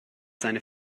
seine